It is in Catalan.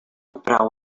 prou